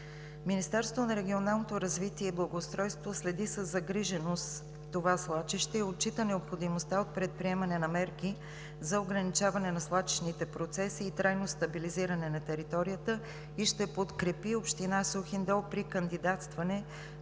Министерството на регионалното развитие и благоустройството следи със загриженост това свлачище и отчита необходимостта от предприемане на мерки за ограничаване на свлачищните процеси и трайно стабилизиране на територията и ще подкрепи община Сухиндол при кандидатстването